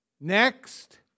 next